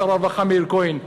שר הרווחה מאיר כהן,